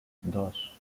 dos